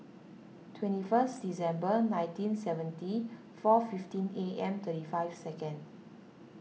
twenty first December nineteen seventy four fifteen A M thirty five seconds